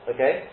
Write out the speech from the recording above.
Okay